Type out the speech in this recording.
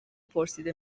پرسیده